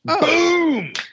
Boom